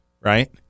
right